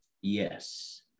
Yes